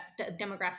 demographic